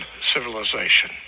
civilization